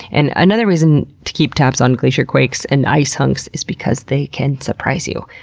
and another reason to keep tabs on glacier quakes and ice hunks is because they can surprise you,